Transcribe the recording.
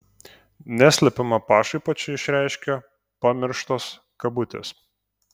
neslepiamą pašaipą čia išreiškia pamirštos kabutės